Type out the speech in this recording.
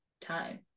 time